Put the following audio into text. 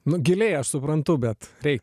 nu giliai aš suprantu bet reikia